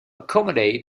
accommodate